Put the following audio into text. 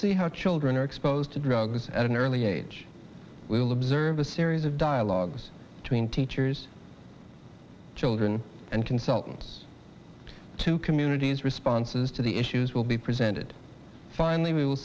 see how children are exposed to drugs at an early age we will observe a series of dialogues between teachers children and consultants to communities responses to the issues will be presented finally we will